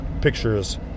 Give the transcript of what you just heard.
pictures